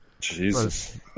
Jesus